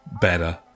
better